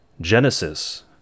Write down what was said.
Genesis